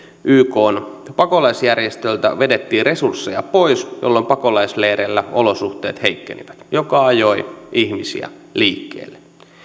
ykn pakolaisjärjestöltä vedettiin resursseja pois jolloin pakolaisleireillä olosuhteet heikkenivät ajoi ihmisiä liikkeelle